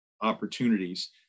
opportunities